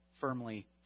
firmly